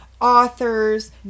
authors